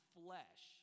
flesh